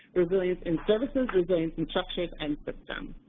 resilience in services, resilience in structures and system.